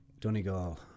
Donegal